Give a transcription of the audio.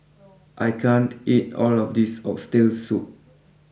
I can't eat all of this Oxtail Soup